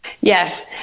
Yes